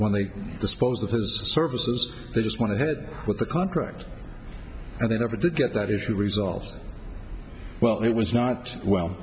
when they disposed of his services they just want to head with the contract and they never did get that issue resolved well it was not well